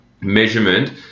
measurement